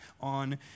on